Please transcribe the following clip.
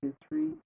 history